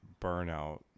burnout